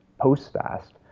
post-fast